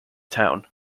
town